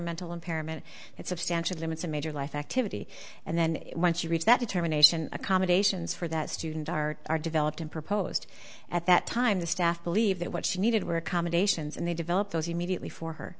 mental impairment that substantially limits a major life activity and then once you reach that determination accommodations for that student are are developed and proposed at that time the staff believe that what she needed were accommodations and they develop those immediately for her